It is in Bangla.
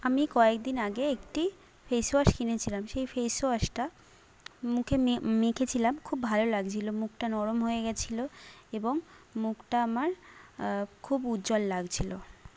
আমি কয়েক দিন আগে একটি ফেসওয়াশ কিনেছিলাম সেই ফেসওয়াশটা মুখে মেখেছিলাম খুব ভালো লাগছিলো মুখটা নরম হয়ে গেছিলো এবং মুখটা আমার খুব উজ্জ্বল লাগছিলো